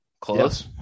Close